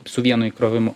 su vienu įkrovimu